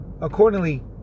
accordingly